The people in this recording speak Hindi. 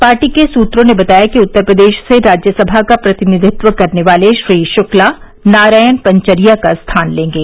पार्टी के सूत्रों ने बताया कि उत्तर प्रदेश से राज्यसभा का प्रतिनिधित्व करने वाले श्री शुक्ला नारायण पंचरिया का स्थान लेंगे